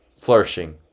flourishing